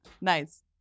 Nice